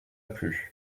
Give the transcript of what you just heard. plus